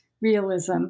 realism